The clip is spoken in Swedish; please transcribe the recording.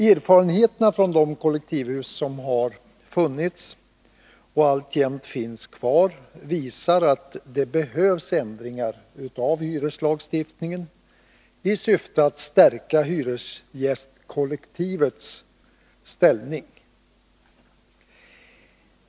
Erfarenheterna från de kollektivhus som har funnits och alltjämt finns visar att det behövs ändringar i hyreslagstiftningen i syfte att stärka hyresgästkollektivets ställning.